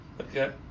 Okay